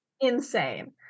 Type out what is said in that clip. Insane